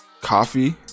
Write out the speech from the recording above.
coffee